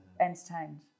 Entertained